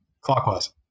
Clockwise